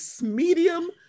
medium